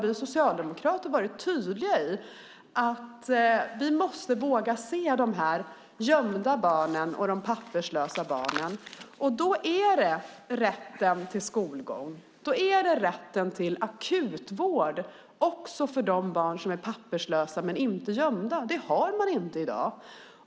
Vi socialdemokrater har varit tydliga med att vi måste våga se de gömda barnen och de papperslösa barnen. Det handlar då om rätten till skolgång och till akutvård också för de barn som är papperslösa men inte gömda. Det har man inte i dag.